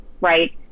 right